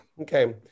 Okay